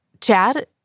Chad